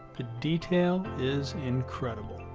the detail is incredible.